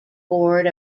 board